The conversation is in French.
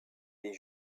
des